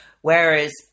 whereas